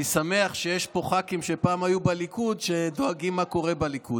אני שמח שיש פה ח"כים שפעם היו בליכוד שדואגים למה שקורה בליכוד,